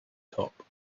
top